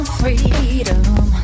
freedom